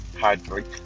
hydrate